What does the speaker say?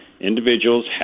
individuals